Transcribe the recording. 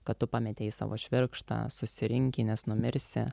kad tu pametei savo švirkštą susirinki nes numirsi